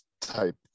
type